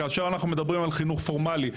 כאשר אנחנו מדברים על חינוך פורמלי,